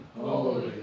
Holy